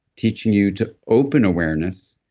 teaching you to open awareness,